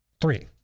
Three